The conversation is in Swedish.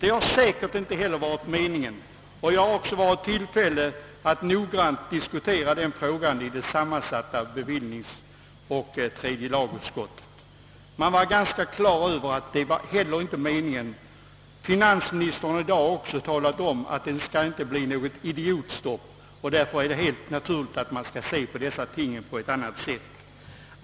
Det har säkerligen inte heller varit meningen att så skulle ske; det framgick även då vi hade tillfälle att ingående diskutera frågan i det sammansatta bevillningsoch tredje lagutskottet. Finansministern har också i dag talat om, att det inte skall bli något idiotstopp, och därför är det helt naturligt att se på dessa ting på ett realistiskt sätt.